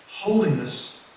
Holiness